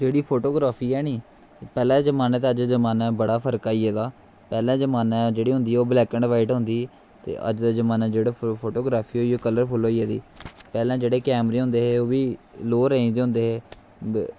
जेह्ड़ी फोटोग्राफी ऐ नी पैह्लै जमानै ते अज्ज जमानै बड़ा फर्क आई गेदा पैह्लै जमानै जेह्ड़ी होंदी ही ओह् ब्लैक ऐंड़ वॉईट होंदी ही ते जेह्ड़ी अज्ज दै जमानै फोटोग्राफी ओह् कल्लर फुल्ल होई गेदी पैह्लैं जेह्ड़े कैमरे होंदे हे ओह् बी लोह् रेंज़ दे होंदे हे